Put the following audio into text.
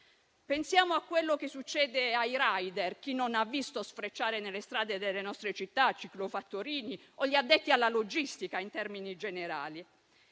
Pensiamo a quello che succede ai *rider* - chi non ha visto sfrecciare nelle strade delle nostre città dei ciclofattorini? - o agli addetti alla logistica in termini generali,